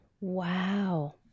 Wow